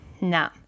No